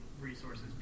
resources